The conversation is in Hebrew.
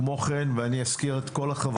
כמו כן, אני אזכיר את כל החברות.